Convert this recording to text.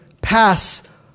pass